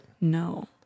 No